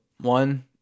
One